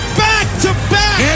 back-to-back